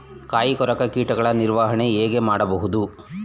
ಕಾಯಿ ಕೊರಕ ಕೀಟಗಳ ನಿರ್ವಹಣೆ ಹೇಗೆ ಮಾಡಬಹುದು?